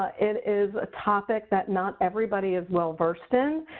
ah it is a topic that not everybody is well versed in.